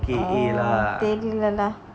தெரிலல:terilala